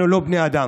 אנחנו לא בני אדם?